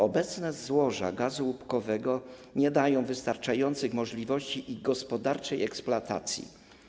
Obecne złoża gazu łupkowego nie dają wystarczających możliwości ich gospodarczej eksploatacji.